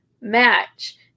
match